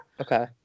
okay